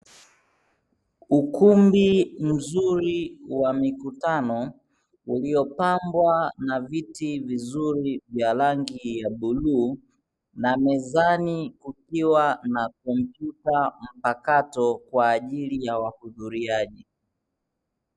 Ukumbi mzuri wa mikutano uliopambwa na viti vizuri vya rangi ya bluu, na mezani kukiwa na kompyuta mpakato kwa ajili ya wahudhuriaji.